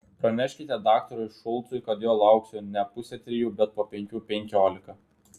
praneškite daktarui šulcui kad jo lauksiu ne pusę trijų bet po penkių penkiolika